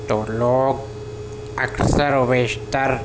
تو لوگ اکثر و بیشتر